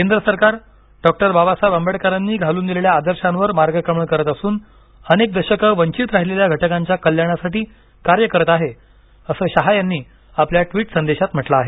केंद्र सरकार डॉक्टर बाबासाहेब आंबेडकरांनी घालून दिलेल्या आदर्शावर मार्गक्रमण करत असून अनेक दशके वंचित राहिलेल्या घटकांच्या कल्याणासाठी कार्य करत आहे असं शहा यांनी आपल्या ट्वीट संदेशात म्हटलं आहे